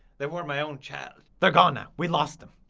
they were my own child. they're gone now. we lost em